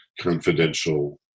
confidential